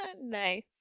Nice